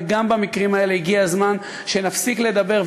וגם במקרים האלה הגיע הזמן שנפסיק לדבר,